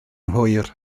hwyr